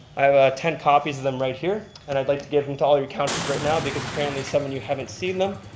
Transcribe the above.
i have ten copies of them right here. and i'd like to give them to all you counselors right now because apparently some of and you haven't seen them.